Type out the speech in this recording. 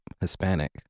hispanic